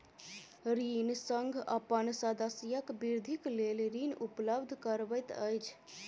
ऋण संघ अपन सदस्यक वृद्धिक लेल ऋण उपलब्ध करबैत अछि